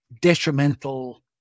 detrimental